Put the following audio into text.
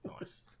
Nice